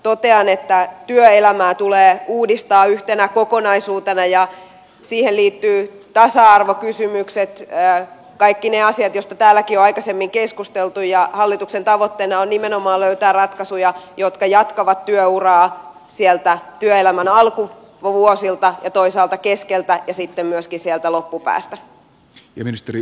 totean että työelämää tulee uudistaa yhtenä kokonaisuutena ja siihen liittyvät tasa arvokysymykset kaikki ne asiat joista täälläkin on aikaisemmin keskusteltu ja hallituksen tavoitteena on nimenomaan löytää ratkaisuja jotka jatkavat työuraa sieltä työelämän alkuvuosilta ja toisaalta keskeltä ja sitten myöskin sieltä loppupäästä